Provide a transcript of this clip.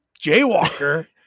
jaywalker